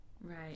right